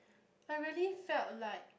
I really felt like